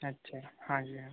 अच्छा हाँ जी हाँ